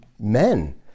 men